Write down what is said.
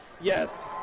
Yes